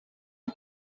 die